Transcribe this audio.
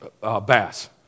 bass